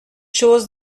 chose